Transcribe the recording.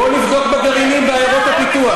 בואו נבדוק בגרעינים בעיירות הפיתוח.